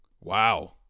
Wow